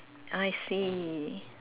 I see